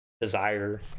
desire